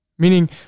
Meaning